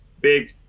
big